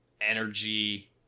Energy